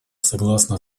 согласно